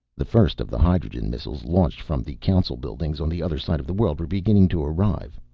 the first of the hydrogen missiles, launched from the council buildings on the other side of the world, were beginning to arrive.